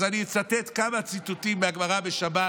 אז אני אצטט כמה ציטוטים מהגמרא בשבת